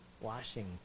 washing